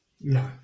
No